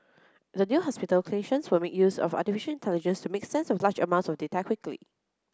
at the new hospital clinicians will make use of artificial intelligence to make sense of large amounts of data quickly